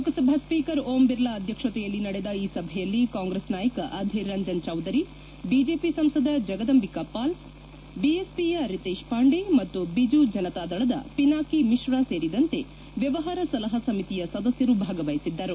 Lok Sabha speaker Om Birla ಅಧ್ಯಕ್ಷತೆಯಲ್ಲಿ ನಡೆದ ಈ ಸಭೆಯಲ್ಲಿ ಕಾಂಗ್ರೆಸ್ ನಾಯಕ ಅಧೀರ್ ರಂಜನ್ ಚೌದರಿ ಬಿಜೆಪಿ ಸಂಸದ ಜಗದಂಬಿಕ ಪಾಲ್ ಬಿಎಸ್ಪಿಯ ರಿತೇಶ್ ಪಾಂಡೆ ಮತ್ತು ಬಿಜು ಜನತಾದಳದ ಪಿನಾಕಿ ಮಿಶ್ರಾ ಸೇರಿದಂತೆ ವ್ಣವಹಾರ ಸಲಹಾ ಸಮಿತಿಯ ಸದಸ್ದರು ಭಾಗವಹಿಸಿದ್ದರು